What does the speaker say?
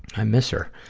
i miss her.